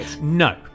no